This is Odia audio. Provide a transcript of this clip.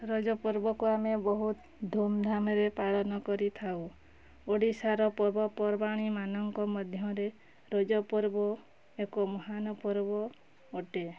ରଜପର୍ବକୁ ଆମେ ବହୁତ ଧୁମ୍ଧାମ୍ରେ ପାଳନ କରିଥାଉ ଓଡ଼ିଶାର ପର୍ବପର୍ବାଣି ମାନଙ୍କ ମଧ୍ୟରେ ରଜପର୍ବ ଏକ ମହାନ ପର୍ବ ଅଟେ